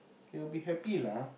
they'll be happy lah